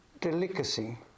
delicacy